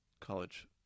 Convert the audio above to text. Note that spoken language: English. college